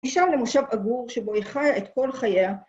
פגישה למושב אגור שבו היה חיה את כל חיה